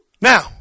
Now